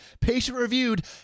patient-reviewed